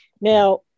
Now